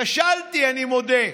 כשלתי, אני מודה.